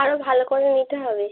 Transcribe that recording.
আরও ভালো করে নিতে হবে